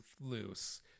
loose